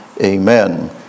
Amen